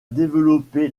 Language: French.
développé